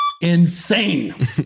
insane